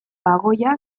bagoia